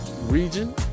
region